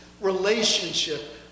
relationship